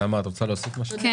נעמה, את רוצה להוסיף משהו?